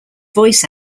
voice